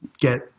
get